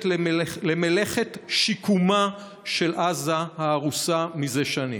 למלאכת שיקומה של עזה ההרוסה זה שנים.